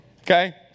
Okay